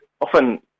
often